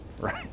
right